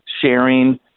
sharing